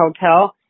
hotel